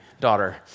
daughter